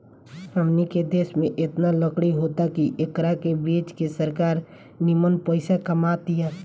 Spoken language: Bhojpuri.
हमनी के देश में एतना लकड़ी होता की एकरा के बेच के सरकार निमन पइसा कमा तिया